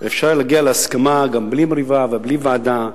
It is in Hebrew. ואפשר היה להגיע להסכמה גם בלי מריבה ובלי ועדה,